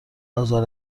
آزار